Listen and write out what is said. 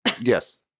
Yes